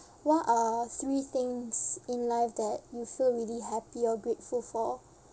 what are three things in life that you feel really happy or grateful for